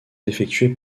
effectués